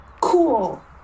cool